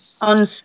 on